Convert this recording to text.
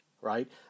right